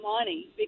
money